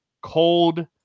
cold